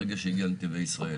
ברגע שהגיע לנתיבי ישראל,